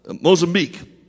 Mozambique